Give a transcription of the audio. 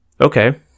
Okay